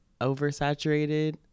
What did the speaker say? oversaturated